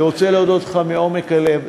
אני רוצה להודות לך מעומק הלב.